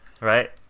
Right